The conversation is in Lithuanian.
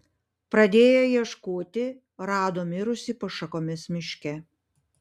pradėję ieškoti rado mirusį po šakomis miške